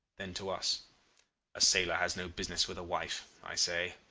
then to us a sailor has no business with a wife i say.